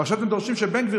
ועכשיו אתם דורשים שבן גביר,